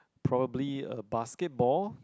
probably a basket ball